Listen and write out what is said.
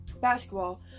Basketball